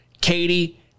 Katie